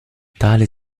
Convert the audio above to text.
tale